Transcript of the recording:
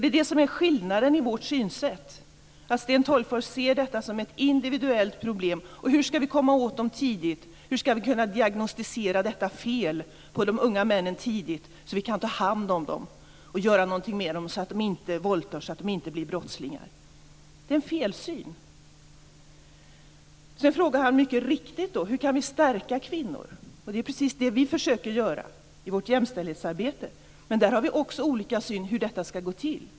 Det är det som är skillnaden i vårt synsätt, att Sten Tolgfors ser detta som ett individuellt problem. Hur skall vi komma åt dem tidigt? Hur skall vi tidigt kunna diagnostisera detta fel på de unga männen, så att vi kan ta hand om dem och göra något med dem så att de inte våldtar, så att de inte blir brottslingar? Det är en felsyn. Han frågar mycket riktigt: Hur kan vi stärka kvinnor? Det är precis det vi försöker göra i vårt jämställdhetsarbete. Men där har vi också olika syn på hur det skall gå till.